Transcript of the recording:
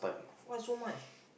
why so much